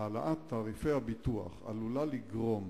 "העלאת תעריפי הביטוח עלולה לגרום